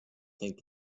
think